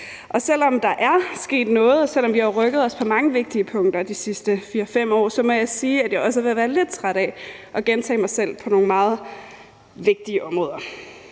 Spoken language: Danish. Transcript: og selv om der er sket noget, og selv om vi har rykket os på mange vigtige punkter de sidste 4, 5 år, må jeg sige, at jeg også er ved at være lidt træt af at gentage mig selv på nogle meget vigtige områder.